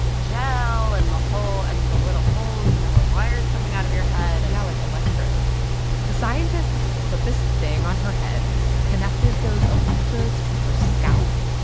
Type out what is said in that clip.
gel and the hole and the little holes. and there were wires coming out of your head yeah, like, electrodes the scientists put this thing on her head, connected those electrodes to her scalp.